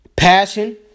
Passion